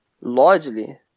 largely